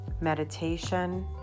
meditation